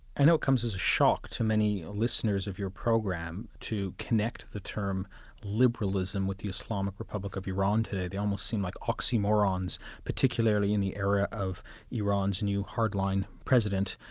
i know it comes as a shock to many listeners of your program to connect the term liberalism with the islamic republic of iran today, they almost seem like oxymorons, particularly in the area of iran's new hardline president,